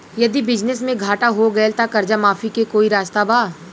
यदि बिजनेस मे घाटा हो गएल त कर्जा माफी के कोई रास्ता बा?